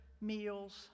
meals